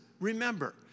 remember